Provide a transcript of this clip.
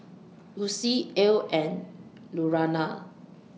Lucie Ell and Lurana